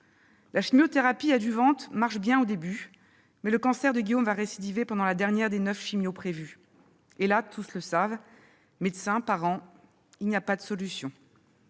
La chimiothérapie adjuvante marchera bien au début. Mais le cancer de Guillaume va récidiver pendant la dernière des neuf chimiothérapies prévues. Et là, tous le savent- médecins, parents -, il n'y a pas de « solution